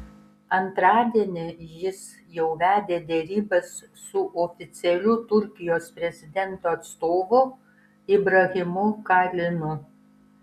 antradienį jis jau vedė derybas su oficialiu turkijos prezidento atstovu ibrahimu kalinu